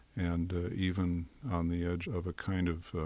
and even on the edge of a kind of,